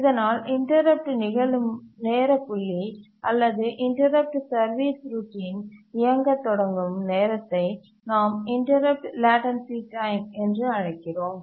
இதனால் இன்டரப்ட் நிகழும் நேரப் புள்ளி அல்லது இன்டரப்ட் சர்வீஸ் ரோட்டின் இயங்கத் தொடங்கும் நேரத்தை நாம் இன்டரப்ட் லேட்டன்சீ டைம் என்று அழைக்கிறோம்